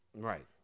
Right